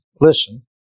listen